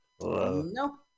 No